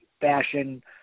fashion